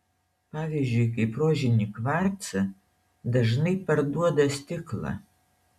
pavyzdžiui kaip rožinį kvarcą dažnai parduoda stiklą